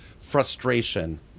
frustration